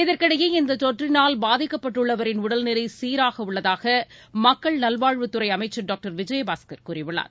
இதற்கிடையே இந்த தொற்றினால் பாதிக்கப்பட்டுள்ளவரின் உடல்நிலை சீராக உள்ளதாக மக்கள் நல்வாழ்வுத்துறை அமைச்சர் டாக்டர் விஜயபாஸ்கர் கூறியுள்ளார்